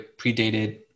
predated